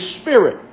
spirit